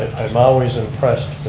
i'm always impressed